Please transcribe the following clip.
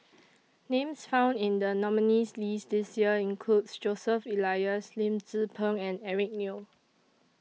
Names found in The nominees' list This Year include Joseph Elias Lim Tze Peng and Eric Neo